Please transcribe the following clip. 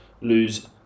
lose